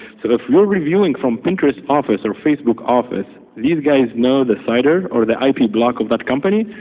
so if you're reviewing from pinterest office or facebook office, these guys know the cidr or the ip block of that company.